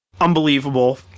unbelievable